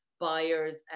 buyers